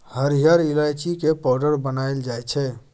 हरिहर ईलाइची के पाउडर बनाएल जाइ छै